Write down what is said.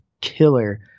killer